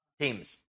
Teams